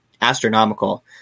astronomical